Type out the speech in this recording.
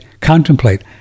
contemplate